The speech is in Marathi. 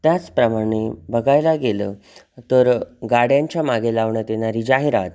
त्याचप्रमाणे बघायला गेलं तर गाड्यांच्या मागे लावण्यात येणारी जाहिरात